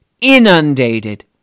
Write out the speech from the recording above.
Inundated